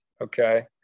okay